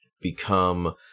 become